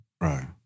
Right